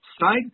side